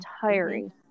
tiring